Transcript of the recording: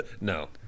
No